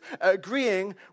agreeing